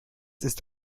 ist